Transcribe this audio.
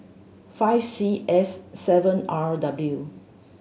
five C S seven R W